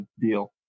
deal